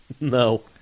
No